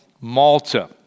Malta